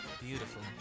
Beautiful